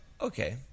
okay